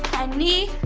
and knee.